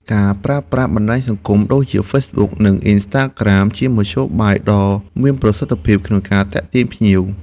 ការប្រើប្រាស់បណ្តាញសង្គមដូចជាហ្វេសប៊ុកនិងអុីនស្តាក្រាមជាមធ្យោបាយដ៏មានប្រសិទ្ធភាពក្នុងការទាក់ទាញភ្ញៀវ។